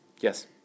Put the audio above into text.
Yes